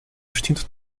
vestindo